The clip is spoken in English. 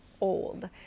old